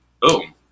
boom